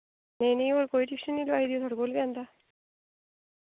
नेईं नेईं होर कोई ट्यूशन निं लोआई दी थोआढ़े कोल गै आंदा